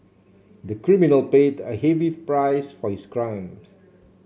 the criminal paid a heavy price for his crime